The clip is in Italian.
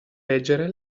leggere